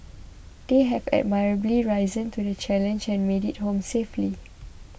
they have admirably risen to the challenge and made it home safely